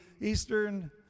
eastern